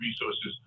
resources